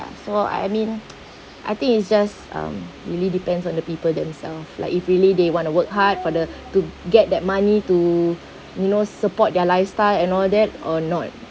so I mean I think it's just um really depends on the people themselves like if really they want to work hard for the to get that money to you know support their lifestyle and all that or not